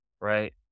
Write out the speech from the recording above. right